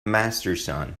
masterson